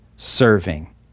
serving